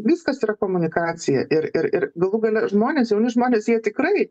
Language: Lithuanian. viskas yra komunikacija ir ir ir galų gale žmonės jauni žmonės jie tikrai